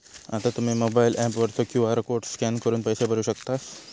आता तुम्ही mobile app वरचो क्यू.आर कोड स्कॅन करून पैसे भरू शकतास